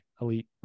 elite